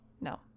no